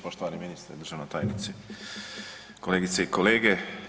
Poštovani ministre, državna tajnice, kolegice i kolege.